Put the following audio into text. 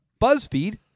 BuzzFeed